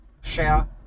share